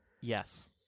Yes